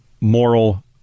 moral